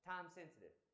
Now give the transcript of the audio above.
time-sensitive